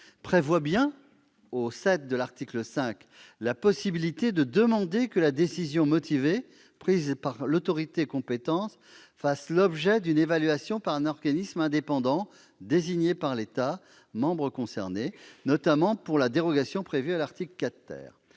prévoit bien, au 7 de son article 5, « la possibilité de demander que la décision motivée prise par l'autorité compétente fasse l'objet d'une évaluation par un organisme indépendant désigné par l'État membre concerné », notamment pour la dérogation prévue à l'article 4.